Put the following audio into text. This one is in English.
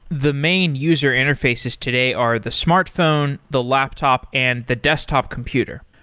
the main user interfaces today are the smartphone, the laptop and the desktop computer.